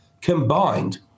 combined